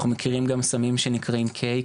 אנחנו מכירים גם סמים שנקראים K,